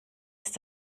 ist